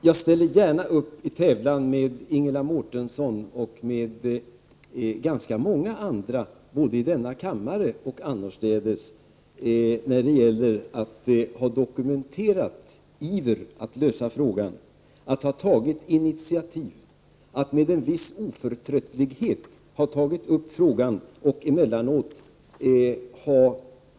Jag ställer gärna upp i tävlan med Ingela Mårtensson och ganska många andra, både i denna kammare och annorstädes, när det gäller dokumenterad iver att lösa frågan, att ta initiativ och att med viss oförtröttlighet ta upp frågan.